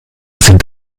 sind